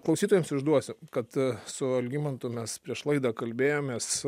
klausytojams išduosiu kad su algimantu mes prieš laidą kalbėjomės